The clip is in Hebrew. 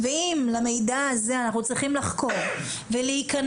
ואם למידע הזה אנחנו צריכים לחקור ולהיכנס